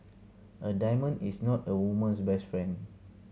a diamond is not a woman's best friend